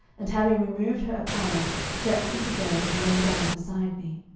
and having removed her apparel, crept into bed and lay down beside me.